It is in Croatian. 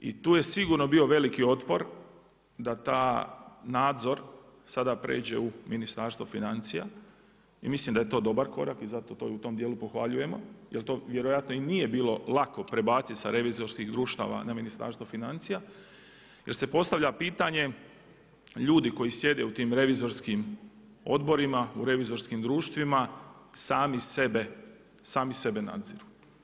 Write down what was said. I tu je sigurno bio veliki otpor da taj nadzor sada pređe u Ministarstvo financija i mislim da je to dobar korak i zato u tom dijelu i pohvaljujemo jer to vjerojatno i nije bilo lako prebaciti sa revizorskih društava na Ministarstvo financija jel se postavlja pitanje ljudi koji sjede u tim revizorskim odborima u revizorskim društvima sami sebe nadziru.